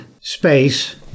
space